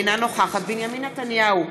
אינה נוכחת בנימין נתניהו,